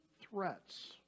threats